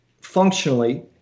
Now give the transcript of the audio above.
functionally